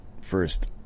first